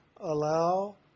allow